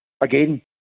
Again